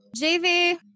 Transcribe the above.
JV